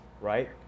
Right